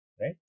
right